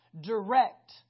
direct